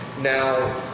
now